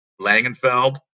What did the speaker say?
Langenfeld